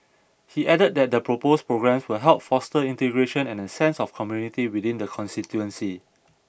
he added that the proposed programmes will help foster integration and a sense of community within the constituency